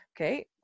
Okay